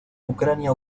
ucrania